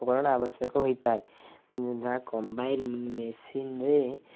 ଉପକରଣ ଆବଶ୍ୟକ ହୋଇଥାଏ କମ୍ବାଇନ୍ ମେସିନ୍ ରେ